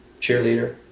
cheerleader